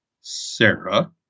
Sarah